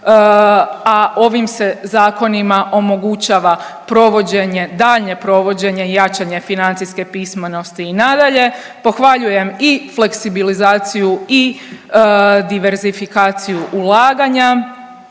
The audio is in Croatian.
a ovim se zakonima omogućava provođenje, daljnje provođenje i jačanje financijske pismenosti. I nadalje pohvaljujem i fleksibilizaciju i diverzifikaciju ulaganja,